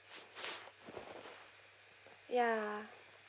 ya